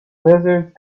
lizards